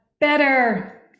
better